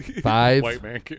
Five